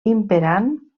imperant